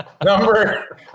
Number